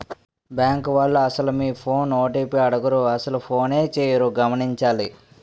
bank వాళ్లు అసలు మీ ఫోన్ ఓ.టి.పి అడగరు అసలు ఫోనే చేయరు గమనించాలి